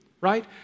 right